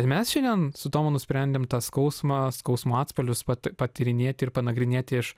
mes šiandien su tomu nusprendėm tą skausmą skausmo atspalvius vat patyrinėti ir panagrinėti iš